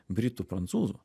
britų prancūzų